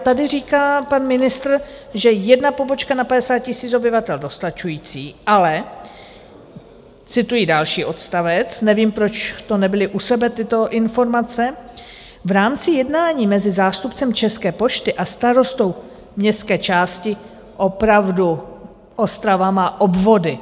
tady říká pan ministr, že jedna pobočka na 50 000 obyvatel je dostačující, ale cituji další odstavec, nevím, proč nebyly u sebe tyto informace: v rámci jednání mezi zástupcem České pošty a starostou městské části opravdu, Ostrava má obvody!